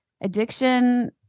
addiction